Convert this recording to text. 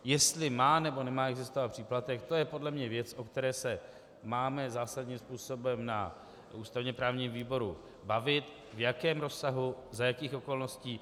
Jestli má, nebo nemá existovat příplatek, to je podle mě věc, o které se máme zásadním způsobem na ústavněprávním výboru bavit, v jakém rozsahu, za jakých okolností.